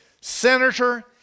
senator